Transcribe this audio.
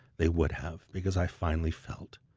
they would have because i finally felt